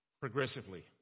progressively